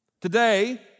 Today